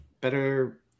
better